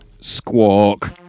Squawk